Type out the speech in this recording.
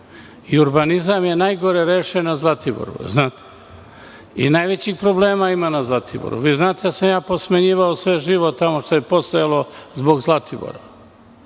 Urbanizam je najgore rešen na Zlatiboru. Najvećih problema ima na Zlatiboru. Znate da sam posmenjivao sve živo tamo što je postojalo zbog Zlatibora. Učinite